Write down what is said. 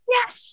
Yes